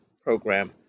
program